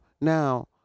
now